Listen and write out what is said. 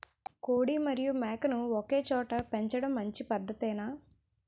కోడి మరియు మేక ను ఒకేచోట పెంచడం మంచి పద్ధతేనా?